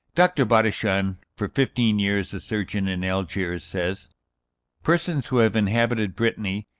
dr. bodichon, for fifteen years a surgeon in algiers, says persons who have inhabited brittany,